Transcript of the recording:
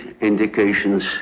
indications